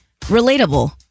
relatable